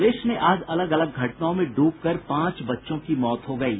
प्रदेश में आज अलग अलग घटनाओं में ड्रबकर पांच बच्चों की मौत हो गयी